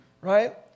Right